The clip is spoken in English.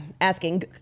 Asking